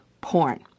porn